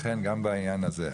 לכן גם בעניין הזה,